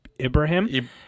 Ibrahim